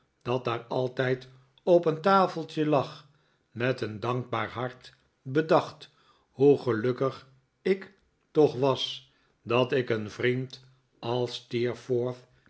dat daar altijd op een tafeltje lag met een dankbaar hart bedacht hoe gelukkig ik toch was dat ik een vriend als